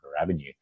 avenue